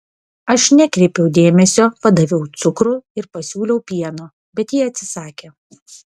aš nekreipiau dėmesio padaviau cukrų ir pasiūliau pieno bet ji atsisakė